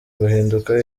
guhinduka